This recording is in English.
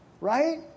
right